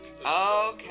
Okay